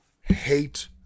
hate